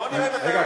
רגע,